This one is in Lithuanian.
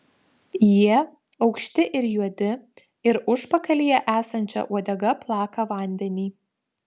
jie aukšti ir juodi ir užpakalyje esančia uodega plaka vandenį